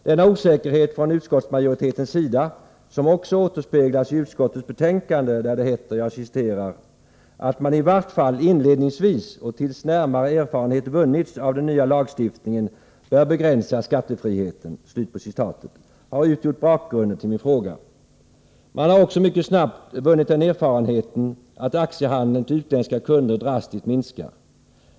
Denna osäkerhet från utskottsmajoritetens sida återspeglas i utskottets betänkande, där det heter: ”——-— att man i vart fall inledningsvis och tills närmare erfarenhet vunnits av den nya lagstiftningen bör begränsa skattefriheten -—--”. Detta har utgjort bakgrunden till min fråga. Man har mycket snabbt vunnit den erfarenheten, att handeln med aktier då det gäller utländska kunder drastiskt minskar.